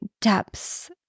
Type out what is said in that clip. depths